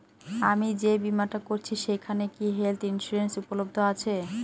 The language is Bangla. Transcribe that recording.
আমি যে বীমাটা করছি সেইখানে কি হেল্থ ইন্সুরেন্স উপলব্ধ আছে?